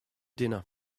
dinner